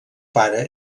pare